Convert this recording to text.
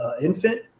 infant